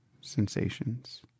sensations